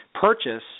purchase